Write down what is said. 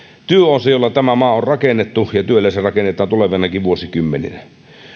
työ on se jolla tämä maa on rakennettu ja työllä se rakennetaan tulevinakin vuosikymmeninä